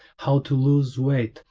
how to lose weight,